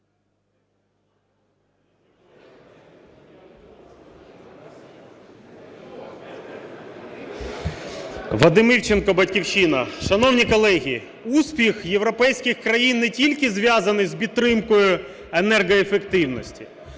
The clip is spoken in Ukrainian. Вадим Івченко, "Батьківщина". Шановні колеги, успіх європейських країн не тільки зв'язаний з підтримкою енергоефективності,